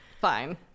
fine